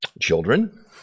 children